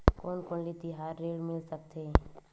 कोन कोन ले तिहार ऋण मिल सकथे?